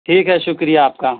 ٹھیک ہے شکریہ آپ کا